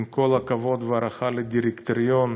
עם כל הכבוד וההערכה לדירקטוריון,